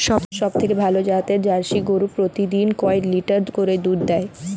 সবথেকে ভালো জাতের জার্সি গরু প্রতিদিন কয় লিটার করে দুধ দেয়?